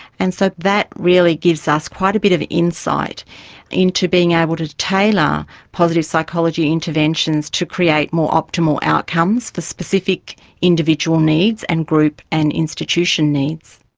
and so that really gives us quite a bit of insight into being able to tailor positive psychology interventions to create more optimal outcomes for specific individual needs and group and institution needs.